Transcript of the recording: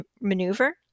maneuver